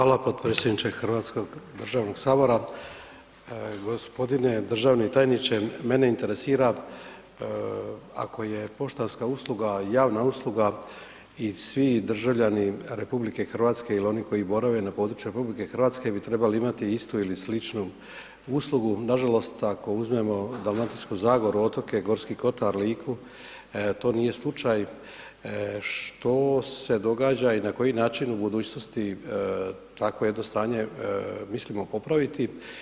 Hvala potpredsjedniče Hrvatskog državnog sabora. g. Državni tajniče, mene interesira ako je poštanska usluga javna usluga i svi državljani RH ili oni koji borave na području RH bi trebali imati istu ili sličnu uslugu, nažalost ako uzmemo Dalmatinsku zagoru, otoke, Gorski kotar, Liku, to nije slučaj, što se događa i na koji način u budućnosti takvo jedno stanje mislimo popraviti?